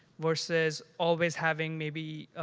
versus always having maybe,